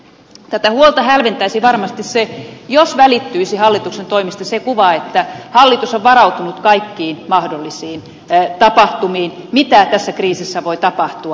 tätä huolta hälventäisi varmasti se jos välittyisi hallituksen toimista se kuva että hallitus on varautunut kaikkiin mahdollisiin tapahtumiin mitä tässä kriisissä voi tapahtua